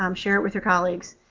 um share it with your colleagues.